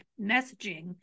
messaging